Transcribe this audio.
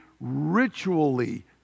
ritually